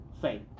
faith